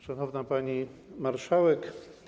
Szanowna Pani Marszałek!